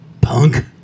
punk